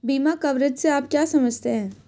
बीमा कवरेज से आप क्या समझते हैं?